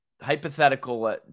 hypothetical